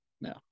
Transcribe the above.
No